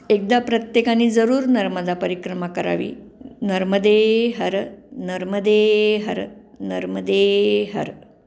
एकदा प्रत्येकाने जरूर नर्मदा परिक्रमा करावी नर्मदे हर नर्मदे हर नर्मदे हर